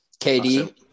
KD